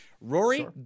rory